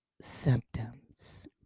symptoms